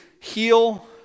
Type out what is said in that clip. heal